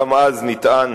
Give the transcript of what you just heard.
גם אז נטען,